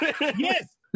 Yes